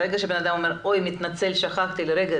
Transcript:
ברגע שהבן אדם מתנצל ואומר ששכח לרגע,